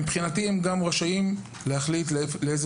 מבחינתי הם גם רשאים להחליט לאיזה